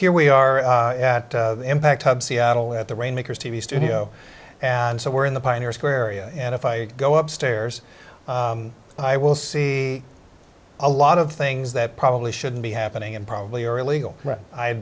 here we are at impact seattle at the rainmakers t v studio and so we're in the pioneer square area and if i go up stairs i will see a lot of things that probably shouldn't be happening and probably are illegal i